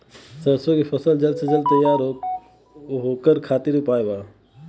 सरसो के फसल जल्द से जल्द तैयार हो ओकरे खातीर का उपाय बा?